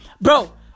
Bro